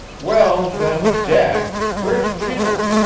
well, then, jack, where's jim?